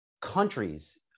countries